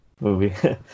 movie